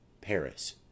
Paris